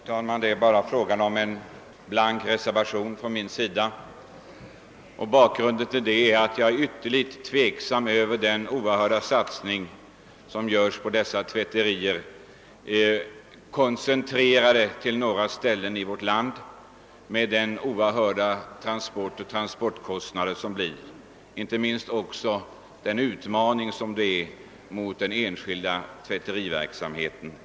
Herr talman! Det är här bara fråga om en blank reservation. Bakgrunden till denna är att jag ställer mig ytterligt tveksam beträffande den oerhörda satsning som görs på dessa tvätterier, koncentrerade till några ställen i vårt land med de därmed förenade väldiga transportkostnaderna. Jag har fäst uppmärksamheten på saken inte minst med hänsyn till den utmaning som detta är mot den enskilda tvätteriverksamheten.